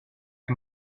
and